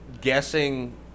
guessing